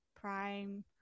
prime